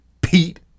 Pete